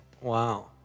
Wow